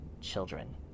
children